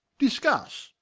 discusse